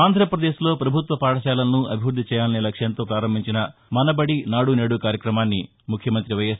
ఆంధ్రప్రదేశ్లో ప్రభుత్వ పాఠశాలలను అభివృద్ది చేయాలనే లక్ష్మంతో ప్రారంభించిన మన బడి నాడు నేడు కార్యక్రమాన్ని ముఖ్యమంతి వైఎస్